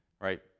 right